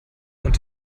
und